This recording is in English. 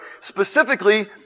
specifically